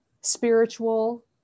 spiritual